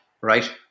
right